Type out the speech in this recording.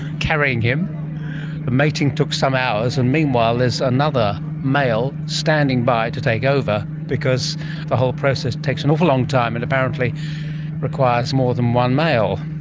carrying him. the mating took some hours, and meanwhile there's another male standing by to take over because the whole process takes an awful long time and apparently requires more than one male.